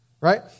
right